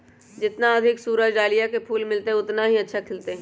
जितना अधिक सूरज डाहलिया के फूल मिलतय, उतना ही अच्छा खिलतय